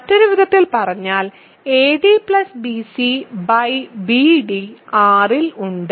മറ്റൊരു വിധത്തിൽ പറഞ്ഞാൽ adbcbd R ഇൽ ഉണ്ട്